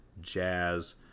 Jazz